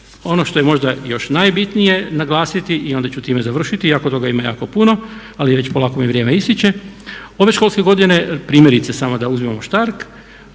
ono što je možda još i najbitnije naglasiti i onda ću time završiti iako toga ima jako puno ali već polako mi vrijeme ističe, ove školske godine primjerice samo da uzmemo Štark